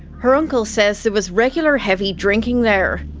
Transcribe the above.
her uncle says there was regular heavy drinking there.